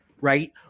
right